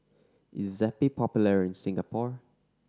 is Zappy popular in Singapore